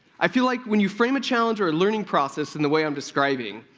i feel like when you frame a challenge or a learning process in the way i'm describing,